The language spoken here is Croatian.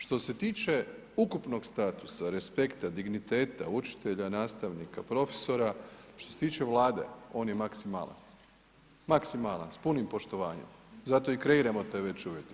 Što se tiče ukupnog statusa, respekta, digniteta učitelja, nastavnika, profesora, što se tiče Vlade, on je maksimalan, maksimalan s punim poštovanjem, zato i kreiramo te veće uvjete.